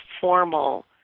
formal